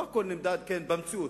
לא הכול נמדד במציאות.